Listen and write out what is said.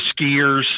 skiers